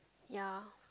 ya